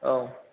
औ